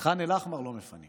את ח'אן אל-אחמר לא מפנים.